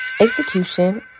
execution